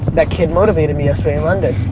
that kid motivated me yesterday in london.